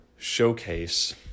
showcase